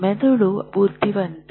ಮೆದುಳು ಬುದ್ಧಿವಂತ